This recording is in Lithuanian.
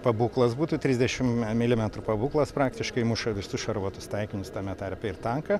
pabūklas būtų trisdešim me milimetrų pabūklas praktiškai muša visus šarvuotus taikinius tame tarpe ir tanką